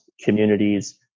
communities